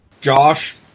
Josh